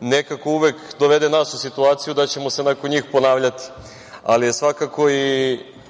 nekako uvek dovede nas u situaciju da ćemo se nakon njih ponavljati, ali je svakako